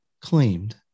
claimed